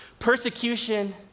Persecution